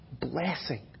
blessing